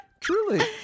truly